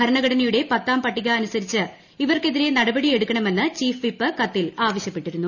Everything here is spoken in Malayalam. ഭരണഘടനയുടെ പത്താം പട്ടിക അനുസരിച്ച് ഇവർക്കെതിരെ നടപടിയെടുക്കണമെന്ന് ചീഫ് വിപ്പ് കത്തിൽ ആവശ്യപ്പെട്ടിരുന്നു